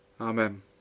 Amen